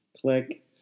Click